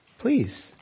Please